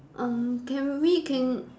uh can we can